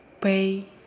Pay